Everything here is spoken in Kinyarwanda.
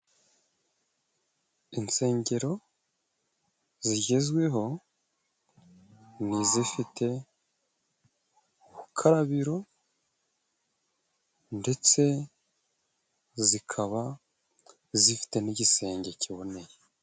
Insengero zigezweho ni izifite urukarabiro ndetse zikaba zifite n'igisenge kiboneye.